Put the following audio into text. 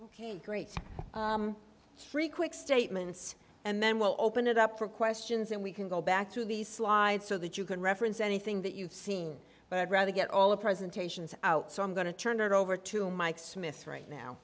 ok great three quick statements and then we'll open it up for questions and we can go back through the slides so that you can reference anything that you've seen but i'd rather get all the presentations out so i'm going to turn it over to mike smith right now